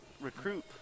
recruit